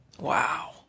Wow